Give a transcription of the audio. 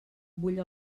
bull